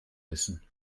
wissen